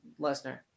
Lesnar